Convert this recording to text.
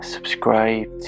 Subscribe